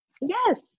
yes